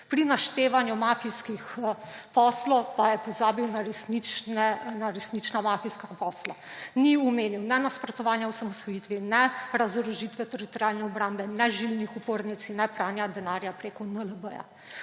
Pri naštevanju mafijskih poslov pa je pozabil na resnične mafijske posle. Ni omenil ne nasprotovanja osamosvojitvi, ne razorožitve Teritorialne obrambe, ne žilnih opornic in ne pranja denarja preko NLB.